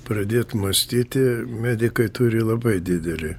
pradėt mąstyti medikai turi labai didelį